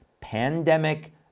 pandemic